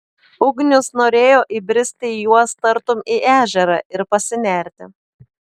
ugnius norėjo įbristi į juos tartum į ežerą ir pasinerti